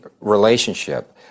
relationship